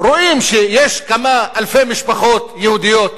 רואים שיש כמה אלפי משפחות יהודיות